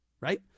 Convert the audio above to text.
right